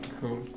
Cool